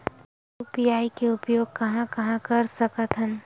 UPI के उपयोग कहां कहा कर सकत हन?